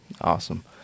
Awesome